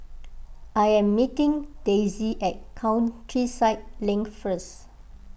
I am meeting Daisy at Countryside Link first